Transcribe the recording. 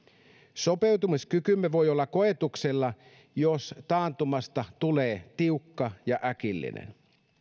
sopeutumiskykymme voi olla koetuksella jos taantumasta tulee tiukka ja äkillinen